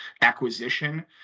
acquisition